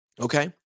Okay